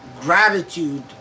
gratitude